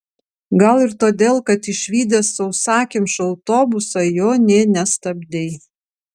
gal ir todėl kad išvydęs sausakimšą autobusą jo nė nestabdei